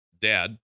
dad